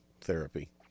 therapy